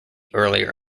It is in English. earlier